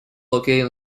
located